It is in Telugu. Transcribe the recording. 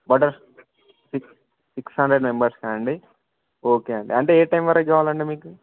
బార్డర్స్ సిక్స్ సిక్స్ హండ్రెడ్ మెంబర్స్కా అండి ఓకే అండి అంటే ఏ టైం వరకి కావాలండి మీకు